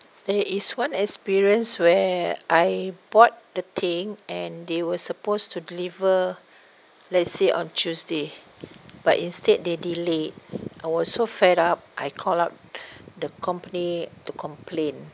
there is one experience where I bought the thing and they were supposed to deliver let's say on tuesday but instead they delayed I was so fed up I call up the company to complain